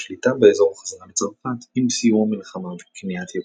אך השליטה באזור חזרה לצרפת עם סיום המלחמה וכניעת יפן.